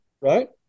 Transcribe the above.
right